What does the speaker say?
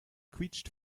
quietscht